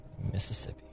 Mississippi